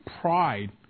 Pride